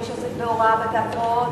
מי שעוסק בהוראה ותיאטראות,